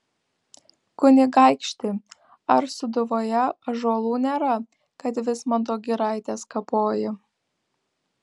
kunigaikšti ar sūduvoje ąžuolų nėra kad vismanto giraites kapoji